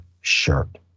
shirt